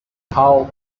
how